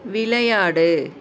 விளையாடு